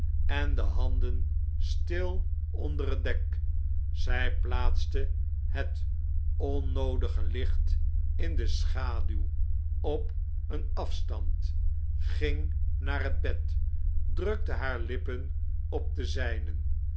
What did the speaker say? en de handen stil onder het dek zjj plaatste het onnoodige licht in de schaduw op een afstand ging naar het bed drukte haar lippen op de